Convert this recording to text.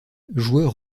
joueur